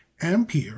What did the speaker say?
Ampere